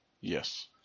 Yes